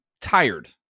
tired